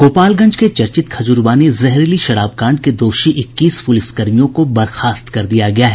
गोपालगंज के चर्चित खजुरबानी जहरीली शराब कांड के दोषी इक्कीस प्लिसकर्मियों को बर्खास्त कर दिया गया है